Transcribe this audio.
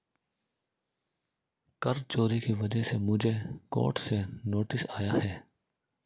कर चोरी की वजह से मुझे कोर्ट से नोटिस आया है